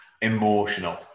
emotional